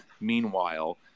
Meanwhile